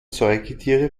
säugetiere